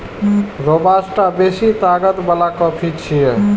robusta बेसी ताकत बला कॉफी छियै